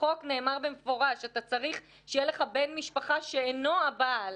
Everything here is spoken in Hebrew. בחוק נאמר במפורש שאתה צריך שיהיה לך בן משפחה שאינו הבעל,